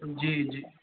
जी जी